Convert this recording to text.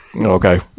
okay